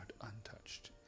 untouched